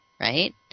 Right